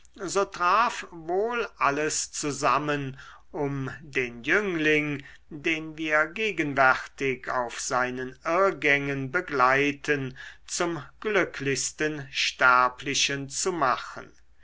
so traf wohl alles zusammen um den jüngling den wir gegenwärtig auf seinen irrgängen begleiten zum glücklichsten sterblichen zu machen